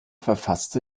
verfasste